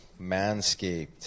Manscaped